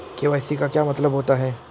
KYC का क्या मतलब होता है?